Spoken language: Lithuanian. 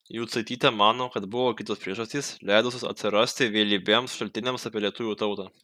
jucaitytė mano kad buvo kitos priežastys leidusios atsirasti vėlybiems šaltiniams apie lietuvių tautą